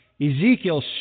Ezekiel